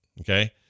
okay